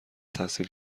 تحصیل